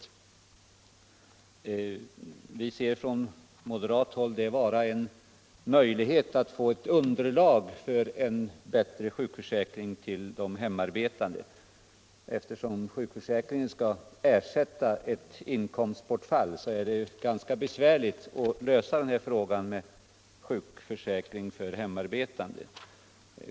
Från moderat håll anser vi detta vara en möjlighet att få underlag för en bättre sjukförsäkring för de hemarbetande. Eftersom sjukförsäkringen skall ersätta ett inkomstbortfall, är det ganska besvärligt att lösa frågan om sådan försäkring för hemarbetande.